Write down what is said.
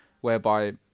whereby